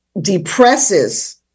depresses